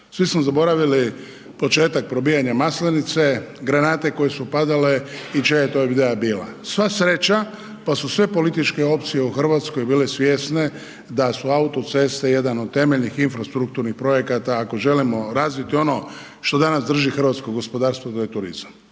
Svi smo zaboravili početak probijanja Maslenice, granate koje su padale i čija je to ideja bila. Sva sreća, pa su sve političke opcije u RH bile svjesne da su autoceste jedan od temeljnih infrastrukturnih projekata ako želimo razviti ono što danas drži hrvatsko gospodarstvo, to je turizam